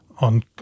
on